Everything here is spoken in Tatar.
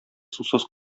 сусыз